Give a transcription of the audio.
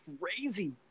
crazy